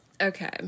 okay